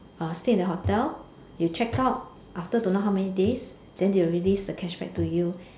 uh stay in the hotel you checked out after don't know how many days then they'll release the cashback to you